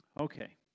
Okay